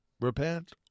repent